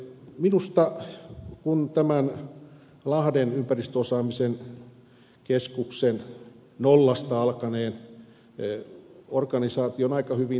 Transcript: minusta kun tämän lahden ympäristöosaamisen keskuksen nollasta alkaneen organisaation aika hyvin tunnen siellä ihan oma porukka